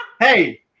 Hey